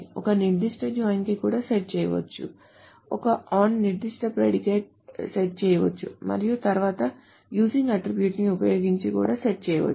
ఒక నిర్దిష్ట జాయిన్ను కూడా సెట్ చేయవచ్చు ఒక on నిర్దిష్ట ప్రిడికేట్ సెట్ చేయవచ్చు మరియు తర్వాత using అట్ట్రిబ్యూట్ న్ని ఉపయోగించి కూడా సెట్ చేయవచ్చు